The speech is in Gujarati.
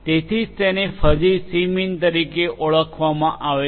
તેથી જ તેને ફઝી સી મીન તરીકે ઓળખવામાં આવે છે